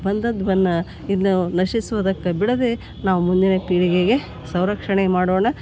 ಬಂದದ್ವನ್ನ ಇನ್ನು ನಶಿಸುದಕ್ಕೆ ಬಿಡದೆ ನಾವು ಮುಂದಿನ ಪೀಳಿಗೆಗೆ ಸಂರಕ್ಷಣೆ ಮಾಡೋಣ